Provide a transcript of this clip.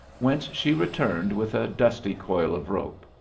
whence she returned with a dusty coil of rope.